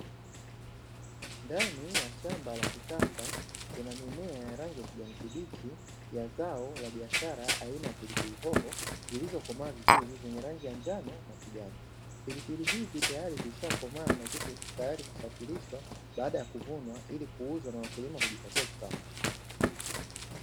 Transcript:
Ndani ya shamba la kisasa kuna mimea, ya rangi ya kijani kibichi ya zao la biashara aina ya pilipili hoho zilizokomaa vizuri zenye rangi ya njano na kijani, pilipili hizi tayari zilishakomaa na ziko tayari kusafirishwa baada ya kuvunwa, ili kuuzwa na wakulima kujipatia kipato.